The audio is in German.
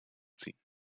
ziehen